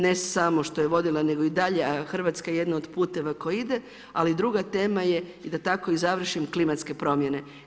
Ne samo što vodila, nego i dalje, a Hrvatska je jedan od puteva kojim idu, ali druga tema je, i da tako i završim klimatske promjene.